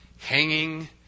hanging